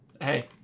Hey